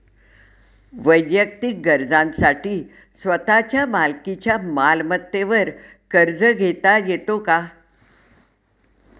वैयक्तिक गरजांसाठी स्वतःच्या मालकीच्या मालमत्तेवर कर्ज घेता येतो का?